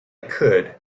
could